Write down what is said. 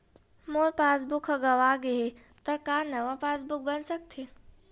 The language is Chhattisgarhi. मोर पासबुक ह गंवा गे हे त का नवा पास बुक बन सकथे?